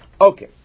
Okay